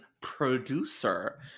producer